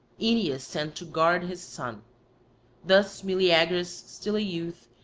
oeneus sent to guard his son thus meleagrus, still a youth,